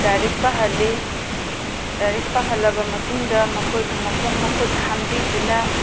ꯂꯥꯏꯔꯤꯛ ꯄꯥꯍꯜꯂꯤ ꯂꯥꯏꯔꯤꯛ ꯄꯥꯍꯜꯂꯕ ꯃꯇꯨꯡꯗ ꯃꯈꯣꯏꯕꯨ ꯃꯈꯣꯡ ꯃꯈꯨꯠ ꯍꯥꯝꯕꯤꯗꯨꯅ